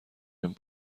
این